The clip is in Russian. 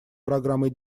программы